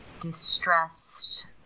distressed